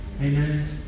Amen